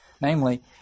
Namely